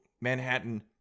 Manhattan